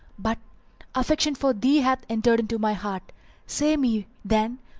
but affection for thee hath entered into my heart say me, then,